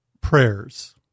prayers